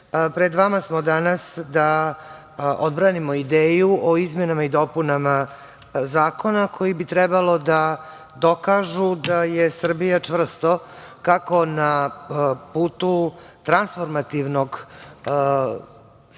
pred vama smo danas da odbranimo ideju o izmenama i dopunama zakona, koji bi trebalo da dokažu da je Srbija čvrsto, kako na putu transformativnog sveukupnog